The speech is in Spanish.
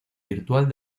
virtual